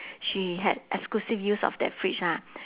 she had exclusive use of that fridge ah